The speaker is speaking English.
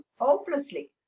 hopelessly